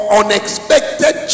unexpected